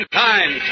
time